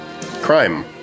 Crime